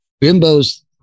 Bimbo's